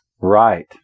Right